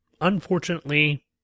unfortunately